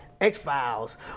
X-Files